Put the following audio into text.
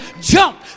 jump